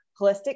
holistic